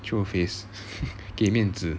show face 给面子